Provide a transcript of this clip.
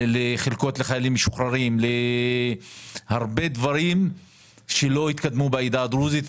חלקות לחיילים משוחררים והרבה דברים שלא התקדמו בעדה הדרוזית.